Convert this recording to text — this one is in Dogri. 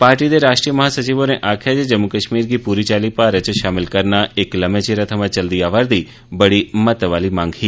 पार्टी दे राष्ट्री महासचिव होरें आखेआ जे जम्मू कश्मीर गी पूरी चाल्ली भारत च शामल करना इक लम्मे चिरै थमां चलदी आवै'रदी महत्व आह्ली मंग ही